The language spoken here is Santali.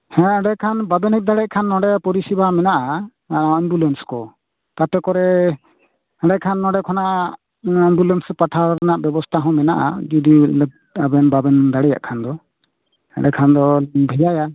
ᱦᱮᱸ ᱚᱸᱰᱮᱠᱷᱟᱱ ᱵᱟᱵᱮᱱ ᱦᱮᱡ ᱫᱟᱲᱮᱭᱟᱜ ᱠᱷᱟᱱ ᱱᱚᱰᱮ ᱯᱚᱨᱤᱥᱮᱵᱟ ᱢᱮᱱᱟᱜᱼᱟ ᱮ ᱮᱢᱵᱩᱞᱮᱱᱥ ᱠᱚ ᱛᱟᱛᱮ ᱠᱚᱨᱮ ᱮᱸᱰᱮ ᱠᱷᱟᱱ ᱱᱚᱰᱮ ᱠᱷᱚᱱᱟ ᱮᱢᱵᱩᱞᱮᱱᱥ ᱯᱟᱴᱷᱟᱣ ᱨᱮᱱᱟᱜ ᱵᱮᱵᱚᱥᱛᱟ ᱦᱚᱸ ᱢᱮᱱᱟᱜᱼᱟ ᱡᱩᱫᱤ ᱟᱵᱮᱱ ᱵᱟᱵᱮᱱ ᱫᱟᱲᱮᱭᱟ ᱠᱷᱟᱱ ᱫᱚ ᱮᱰᱮᱠᱷᱟᱱ ᱫᱚ ᱵᱷᱮᱡᱟᱭᱟ